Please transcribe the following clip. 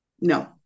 No